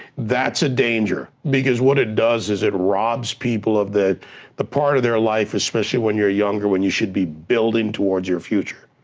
that's a danger because what it does is it robs people of the the part of their life especially when you're younger when you should be building towards your future,